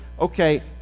okay